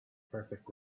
perfect